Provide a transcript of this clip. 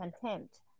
contempt